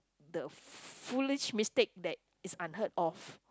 the foolish mistake that is unheard of